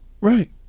Right